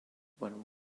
when